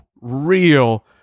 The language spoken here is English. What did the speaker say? real